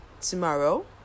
tomorrow